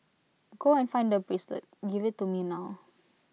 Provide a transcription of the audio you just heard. go and find the bracelet give IT to me now